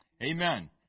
Amen